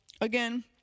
again